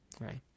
right